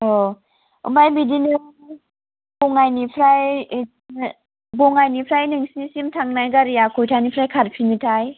अ ओमफ्राय बिदिनो बङाइनिफ्राय नोंसिनिसिम थांनाय गारिआ खयथानिफ्राय खारफिनोथाय